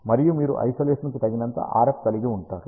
మరియు మీరు ఐసోలేషన్కు తగినంత RF కలిగి ఉంటారు